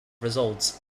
results